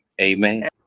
amen